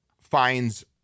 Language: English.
finds